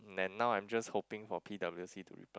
and now I just hoping for P_W_C to reply